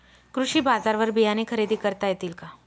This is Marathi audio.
कृषी बाजारवर बियाणे खरेदी करता येतील का?